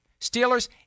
Steelers